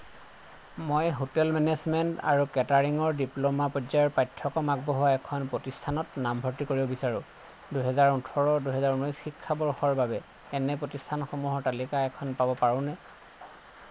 মই hotel management আৰু কেটাৰিঙৰ ডিপ্ল'মা পৰ্যায়ৰ পাঠ্যক্ৰম আগবঢ়োৱা এখন প্ৰতিষ্ঠানত নামভৰ্তি কৰিব বিচাৰোঁ দুহেজাৰ ওঠৰ দুহেজাৰ ঊনৈছ শিক্ষাবৰ্ষৰ বাবে এনে প্ৰতিষ্ঠানসমূহৰ তালিকা এখন পাব পাৰোঁনে